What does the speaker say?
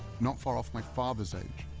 not far off my father's age.